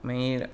आनी